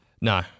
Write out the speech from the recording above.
No